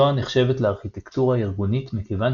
SOA נחשבת לארכיטקטורה ארגונית מכיוון